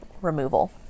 removal